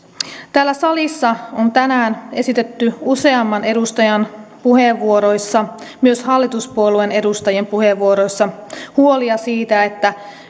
täällä salissa on tänään esitetty useamman edustajan puheenvuoroissa myös hallituspuolueen edustajien puheenvuoroissa huolia siitä